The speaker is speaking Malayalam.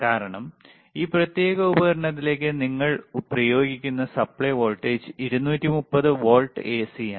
കാരണം ഈ പ്രത്യേക ഉപകരണത്തിലേക്ക് നിങ്ങൾ പ്രയോഗിക്കുന്ന സപ്ലൈ വോൾട്ടേജ് 230 വോൾട്ട് എസിയാണ്